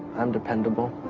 i'm dependable